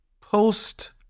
post